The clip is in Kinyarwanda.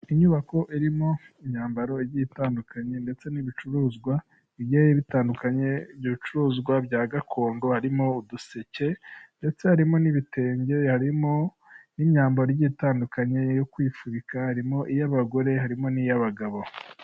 Inyubako irimo imyambaro igiye itandukanye ndetse n'ibicuruzwa byari bitandukanye, ibicuruzwa bya gakondo harimo uduseke ndetse harimo n'ibitenge harimo n'imyambaro igiye itandukanye yo kwifubika harimo iy'abagore harimo n'iy'abagabo.